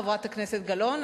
חברת הכנסת גלאון,